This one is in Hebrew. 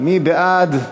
מי בעד?